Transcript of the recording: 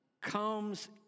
comes